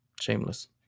Shameless